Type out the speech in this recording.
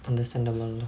understandable